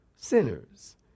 sinners